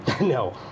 No